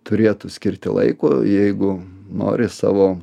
turėtų skirti laiko jeigu nori savo